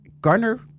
garner